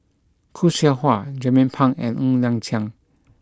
Khoo Seow Hwa Jernnine Pang and Ng Liang Chiang